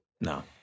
No